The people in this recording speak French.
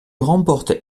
remportent